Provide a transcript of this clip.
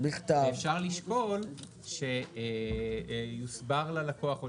ואפשר לשקול שיוסבר ללקוח או